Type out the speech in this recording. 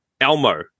Elmo